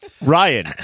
Ryan